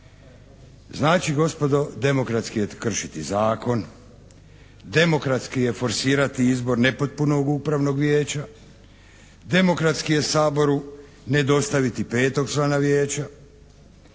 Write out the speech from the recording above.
Znači gospodo demokratski je kršiti zakon, demokratski je forsirati izbor nepotpunog Upravnog vijeća, demokratski je Saboru ne dostaviti petog člana Vijeća,